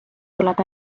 tuleb